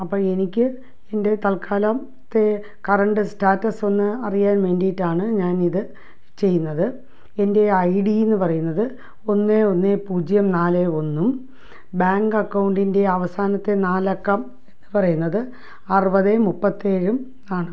അപ്പോൾ എനിക്ക് എൻ്റെ തത്ക്കാലം തേ കറണ്ട് സ്റ്റാറ്റസൊന്ന് അറിയാൻ വേണ്ടിയിട്ടാണ് ഞാൻ ഇത് ചെയ്യുന്നത് എൻ്റെ ഐ ഡിയെന്നു പറയുന്നത് ഒന്ന് ഒന്ന് പൂജ്യം നാല് ഒന്നും ബാങ്ക് എക്കൗണ്ടിൻ്റെ അവസാനത്തെ നാലക്കം എന്നു പറയുന്നത് അറുപത് മുപ്പത്തേഴും ആണ്